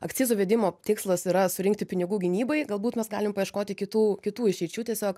akcizų įvedimo tikslas yra surinkti pinigų gynybai galbūt mes galim paieškoti kitų kitų išeičių tiesiog